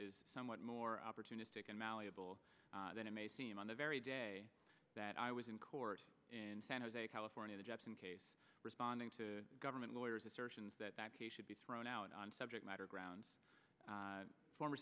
is somewhat more opportunistic and malleable than it may seem on the very day that i was in court in san jose california jepson case responding to government lawyers assertions that that case should be thrown out on subject matter grounds former